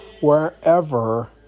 wherever